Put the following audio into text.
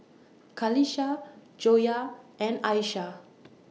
Qalisha Joyah and Aishah